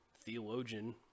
theologian